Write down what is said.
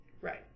Right